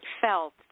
felt